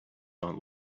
aunt